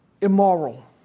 immoral